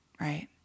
right